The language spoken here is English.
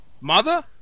Mother